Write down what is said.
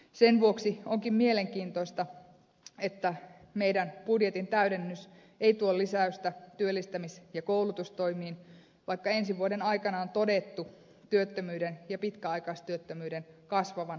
sen vuoksi onkin mielenkiintoista että budjetin täydennys ei tuo lisäystä työllistämis ja koulutustoimiin vaikka ensi vuoden aikana on todettu työttömyyden ja pitkäaikaistyöttömyyden kasvavan hurjaa vauhtia